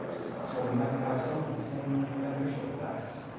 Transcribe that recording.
it's possible they might have some of the same beneficial effects.